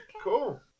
cool